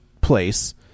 place